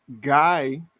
guy